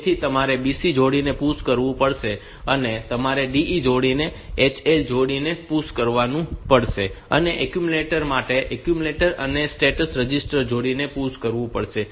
તેથી તમારે BC જોડીને PUSH કરવું પડશે અને તમારે DE જોડીને અને HL જોડીને PUSH કરવું પડશે અને એક્યુમ્યુલેટર માટે એક્યુમ્યુલેટર અને સ્ટેટસ રજિસ્ટર જોડીને PUSH કરવું પડશે